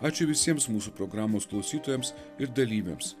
ačiū visiems mūsų programos klausytojams ir dalyviams